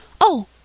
Oh